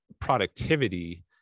productivity